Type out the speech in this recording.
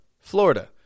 Florida